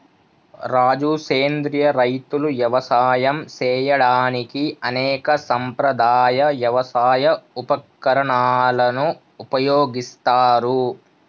రాజు సెంద్రియ రైతులు యవసాయం సేయడానికి అనేక సాంప్రదాయ యవసాయ ఉపకరణాలను ఉపయోగిస్తారు